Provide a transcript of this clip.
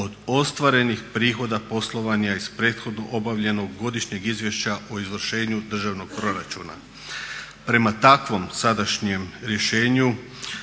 od ostvarenih prihoda poslovanja iz prethodno obavljenog Godišnjeg izvješća o izvršenju državnog proračuna. Prema takvom sadašnjem rješenju